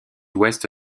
ouest